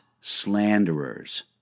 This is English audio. slanderers